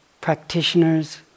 practitioners